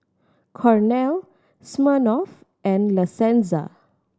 Cornell Smirnoff and La Senza